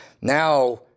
Now